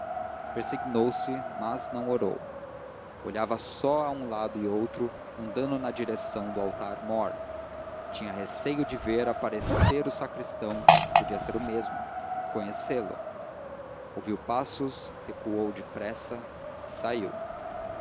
mas não orou olhava só a um lado e outro andando na direção do altar-mor tinha receio de ver aparecer o sacristão podia ser o mesmo e conhecê-lo ouviu passos recuou depressa e saiu